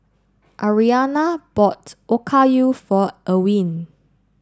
Aryanna bought Okayu for Ewin